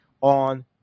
on